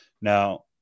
Now